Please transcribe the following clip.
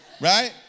Right